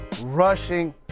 rushing